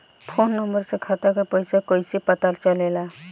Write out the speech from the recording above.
Phone number से खाता के पइसा कईसे पता चलेला?